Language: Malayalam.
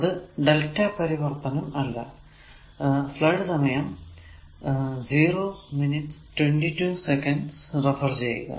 അത് lrmΔ പരിവർത്തനം അല്ല